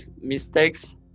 mistakes